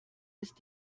ist